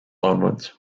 onwards